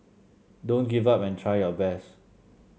don't give up and try your best